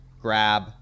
grab